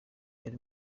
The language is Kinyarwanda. yari